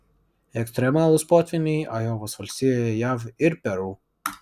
ekstremalūs potvyniai ajovos valstijoje jav ir peru